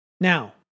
Now